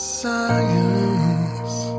science